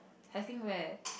cycling where